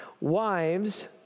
Wives